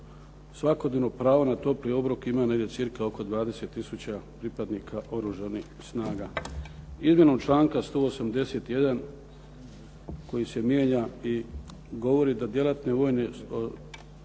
svakodnevno pravo na topli obrok imaju negdje cirka oko 20000 pripadnika Oružanih snaga. Izmjenom članka 181. koji se mijenja i govori da djelatne vojne